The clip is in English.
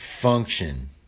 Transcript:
Function